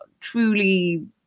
truly